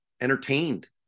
entertained